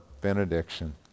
benediction